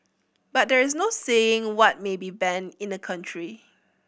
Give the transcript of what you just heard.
but there is no saying what may be banned in a country